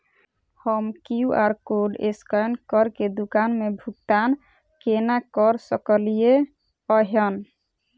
हम QR code scan करके दुकान मे भुगतान केना करऽ सकलिये एहन?